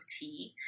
tea